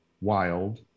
wild